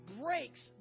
breaks